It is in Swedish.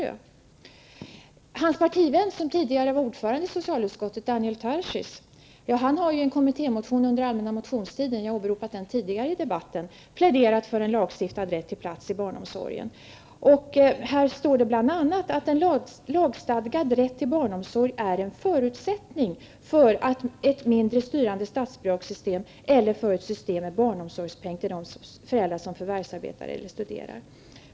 Bengt Westerbergs partivän som tidigare var ordförande i socialutskottet, Daniel Tarschys, har i en kommittémotion under den allmänna motionstiden -- jag har åberopat den tidigare i debatten -- pläderat för en lagstadgad rätt till plats inom barnomsorgen. I motionen står bl.a. att en lagstadgad rätt till barnomsorg är en förutsättning för ett mindre styrande statsbidragssystem eller ett system med barnomsorgspeng till de föräldrar som förvärvsarbetar eller studerar.